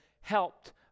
helped